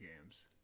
games